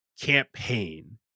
campaign